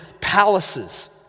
palaces